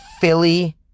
Philly